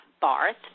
barth